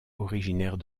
originaire